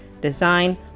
design